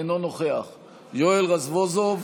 אינו נוכח יואל רזבוזוב,